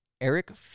Eric